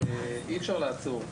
אי-אפשר לעצור בהגדרה.